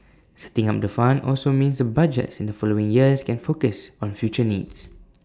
setting up the fund also means the budgets in the following years can focus on future needs